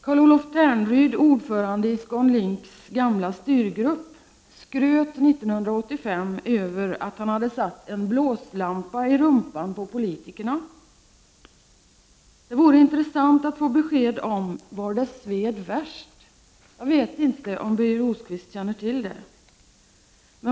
Carl-Olof Ternryd, ordförande i ScanLinks gamla styrgrupp, skröt 1985 över att han hade ”satt en blåslampa i rumpan på politikerna”. Det vore intressant att få besked om var det sved värst. Jag vet inte om Birger Rosqvist känner till det.